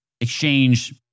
exchange